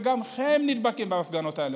גם הם נדבקים בהפגנות האלה,